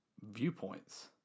viewpoints